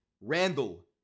Randall